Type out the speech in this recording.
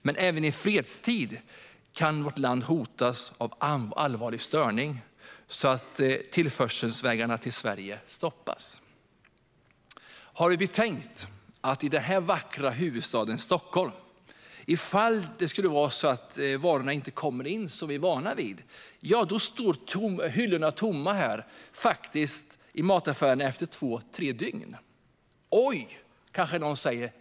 Men även i fredstid kan vårt land hotas av allvarlig störning så att tillförselvägarna till Sverige stoppas. Har vi tänkt på att i vår vackra huvudstad Stockholm kommer hyllorna att stå tomma i mataffärerna efter två tre dygn om varorna inte kommer in så som vi är vana vid? Oj, är det så illa, kanske någon säger.